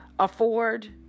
afford